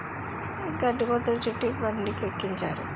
గడ్డి బొద్ధులు చుట్టి బండికెక్కించారు